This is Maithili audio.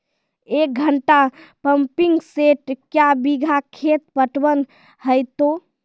एक घंटा पंपिंग सेट क्या बीघा खेत पटवन है तो?